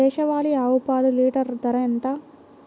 దేశవాలీ ఆవు పాలు లీటరు ధర ఎంత?